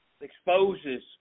exposes